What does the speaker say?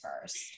first